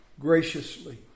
graciously